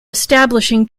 establishing